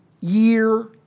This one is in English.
year